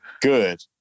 Good